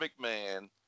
McMahon